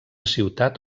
ciutat